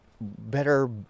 better